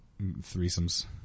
threesomes